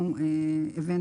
הבאנו.